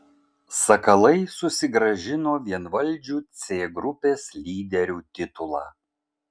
sakalai susigrąžino vienvaldžių c grupės lyderių titulą